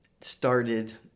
started